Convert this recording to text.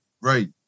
Right